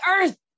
earth